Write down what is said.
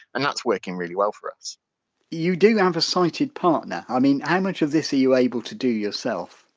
and that's working really well for us you do have a sighted partner i mean how much of this are you able to do yourself?